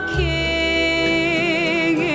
king